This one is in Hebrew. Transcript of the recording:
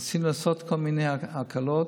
ניסינו לעשות כל מיני הקלות.